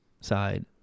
side